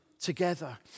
together